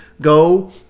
go